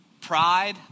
pride